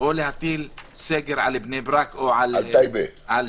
או להטיל סגר על בני ברק או על -- על